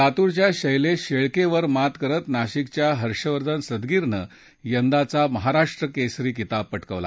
लातूरच्या शैलेश शेळकेवर मात करत नाशिकच्या हर्षवर्धन सदगीरनं यंदाचा महाराष्ट्र केसरी किताब प िकावला